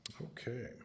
Okay